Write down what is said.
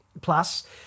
plus